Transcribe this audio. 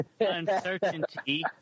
uncertainty